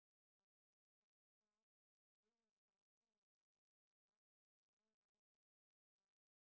there is a tractor green in colour green and yellow in colour but nobody's in the tractor